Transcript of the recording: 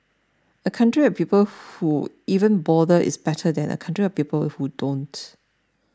a country of people who even bother is better than a country of people who don't